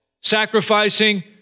sacrificing